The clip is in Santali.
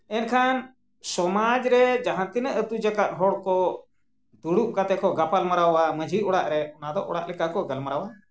ᱮᱱᱠᱷᱟᱱ ᱥᱚᱢᱟᱡᱽ ᱨᱮ ᱡᱟᱦᱟᱸ ᱛᱤᱱᱟᱹᱜ ᱟᱛᱳ ᱡᱟᱠᱟᱫ ᱦᱚᱲ ᱠᱚ ᱫᱩᱲᱩᱵ ᱠᱟᱛᱮ ᱠᱚ ᱜᱟᱯᱟᱞᱢᱟᱨᱟᱣᱟ ᱢᱟᱺᱡᱷᱤ ᱚᱲᱟᱜ ᱨᱮ ᱚᱱᱟ ᱫᱚ ᱚᱲᱟᱜ ᱞᱮᱠᱟ ᱠᱚ ᱜᱟᱞᱢᱟᱨᱟᱣᱟ